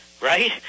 Right